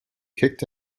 kicked